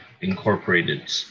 incorporated